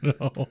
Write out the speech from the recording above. no